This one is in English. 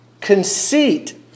Conceit